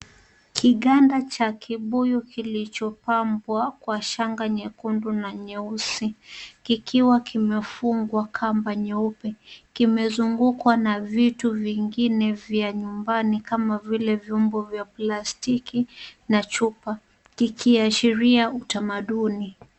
Kiganda cha kibuyu kilichopambwa kwa shanga nyekundu na nyeusi, kikiwa kimefungwa kamba nyeupe. Kimezungukwa na vitu vingine vya nyumbani kama vile vyombo vya plastiki na chupa kikiashiria utamaduni.